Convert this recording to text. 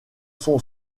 son